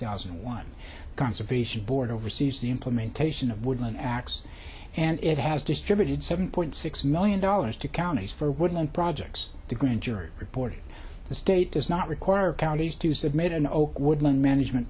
thousand and one conservation board oversees the implementation of woodland acts and it has distributed seven point six million dollars to counties for woodland projects the grand jury report the state does not require counties to submit an woodland management